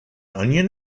onion